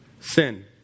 Sin